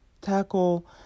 tackle